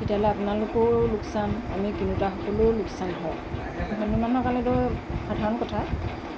তেতিয়াহ'লে আপোনালোকৰো লোকচান আমি কিনোতাসকলৰো লোকচান হয় ধনী মানুহৰ কাৰণেতো সাধাৰণ কথা